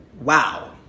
Wow